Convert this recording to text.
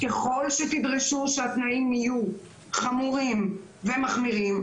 ככל שתדרשו שהתנאים יהיו חמורים ומחמירים,